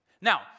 Now